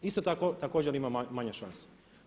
Isto također ima manje šanse.